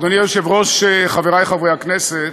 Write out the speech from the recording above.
אדוני היושב-ראש, חברי חברי הכנסת,